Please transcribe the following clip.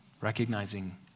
Recognizing